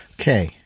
okay